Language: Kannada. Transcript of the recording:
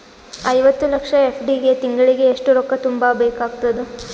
ಐವತ್ತು ಲಕ್ಷ ಎಫ್.ಡಿ ಗೆ ತಿಂಗಳಿಗೆ ಎಷ್ಟು ರೊಕ್ಕ ತುಂಬಾ ಬೇಕಾಗತದ?